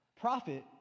Profit